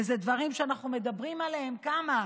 ואלה דברים שאנחנו מדברים עליהם, כמה?